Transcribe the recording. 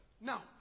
Now